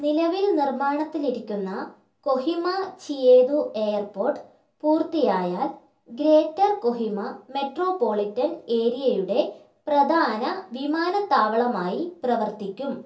നിലവിൽ നിർമ്മാണത്തിലിരിക്കുന്ന കൊഹിമ ചിയേതു എയർപോർട്ട് പൂർത്തിയായാൽ ഗ്രേറ്റർ കൊഹിമ മെട്രോപൊളിറ്റൻ ഏരിയയുടെ പ്രധാന വിമാനത്താവളമായി പ്രവർത്തിക്കും